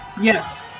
Yes